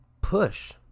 push